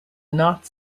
not